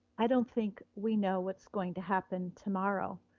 i don't think we know what's going to happen tomorrow,